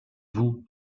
vous